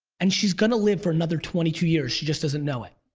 and she's gonna live for another twenty two years, she just doesn't know it.